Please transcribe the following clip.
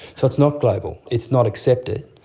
so it's not global, it's not accepted,